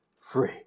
free